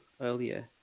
earlier